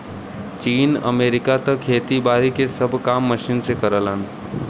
चीन, अमेरिका त खेती बारी के सब काम मशीन के करलन